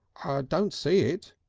don't see it,